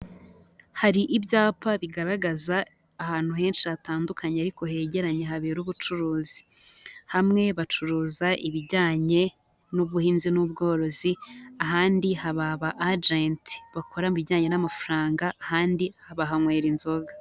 Hari ibyapa bigaragaza ahantu henshi hatandukanye ariko hegeranye habera ubucuruzi. Hamwe bacuruza ibijyanye n'ubuhinzi n'ubworozi, ahandi haba aba ajenti bakora mu ibijyanye n'amafaranga, ahandi bahanywera inzoga.